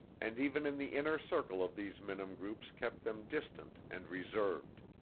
and even in the inner circle of these minim groups kept them distant and reserved.